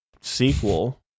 sequel